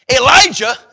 Elijah